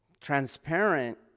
transparent